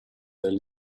del